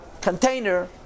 container